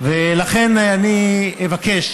ולכן אני אבקש